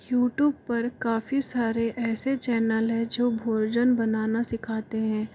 YouTube पर काफी सारे ऐसे चैनल हैं जो भोजन बनाना सिखाते हैं